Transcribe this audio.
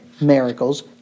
miracles